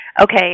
okay